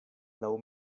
laŭ